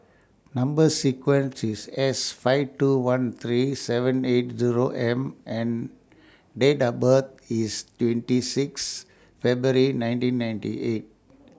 Number sequence IS S five two one three seven eight Zero M and Date of birth IS twenty six February nineteen ninety eight